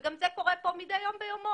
וגם זה קורה פה מידי יום ביומו,